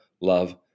love